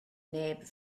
neb